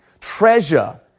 treasure